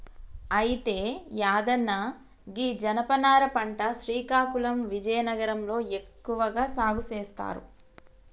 అయితే యాదన్న గీ జనపనార పంట శ్రీకాకుళం విజయనగరం లో ఎక్కువగా సాగు సేస్తారు